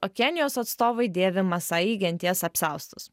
okeanijos atstovai dėvi masai genties apsiaustus